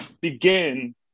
begin